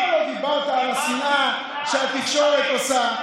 למה לא דיברת על השנאה שהתקשורת עושה?